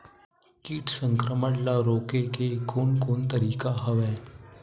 कीट संक्रमण ल रोके के कोन कोन तरीका हवय?